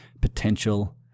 potential